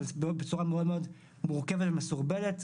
אבל בצורה מאוד מורכבת ומסורבלת.